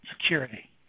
Security